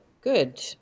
good